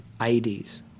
IEDs